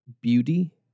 beauty